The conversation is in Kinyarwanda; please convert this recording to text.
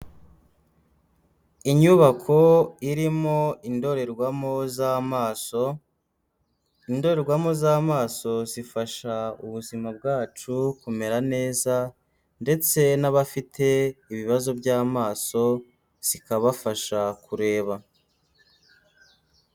Inyubako irimo indorerwamo z'amaso, indorerwamo z'amaso zifasha ubuzima bwacu kumera neza ndetse n'abafite ibibazo by'amaso zikabafasha kureba.